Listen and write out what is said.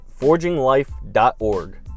forginglife.org